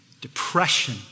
depression